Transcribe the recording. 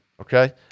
okay